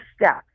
steps